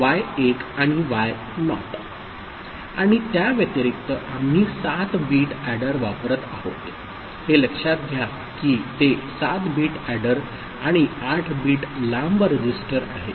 आणि त्या व्यतिरिक्त आम्ही 7 बिट एडर वापरत आहोत हे लक्षात घ्या की ते 7 बिट एडर आणि 8 बीट लांब रजिस्टर आहे